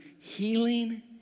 healing